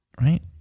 Right